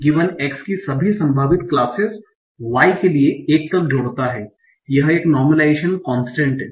x की सभी संभावित क्लाससेस y के लिए 1 तक जोड़ता है यह एक नोर्मलाइजेशन कोंस्टंट है